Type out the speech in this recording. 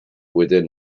within